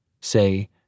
Say